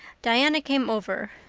diana came over,